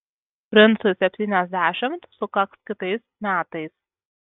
princui septyniasdešimt sukaks kitais metais